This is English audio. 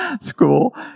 school